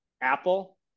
Apple